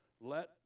Let